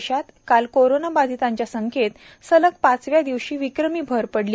देशात काल कोरोनाबाधितांच्या संख्येत सलग पाचव्या दिवशी विक्रमी भर पडली